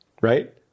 right